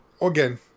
Again